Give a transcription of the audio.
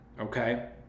Okay